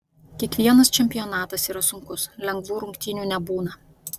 kiekvienas čempionatas yra sunkus lengvų rungtynių nebūna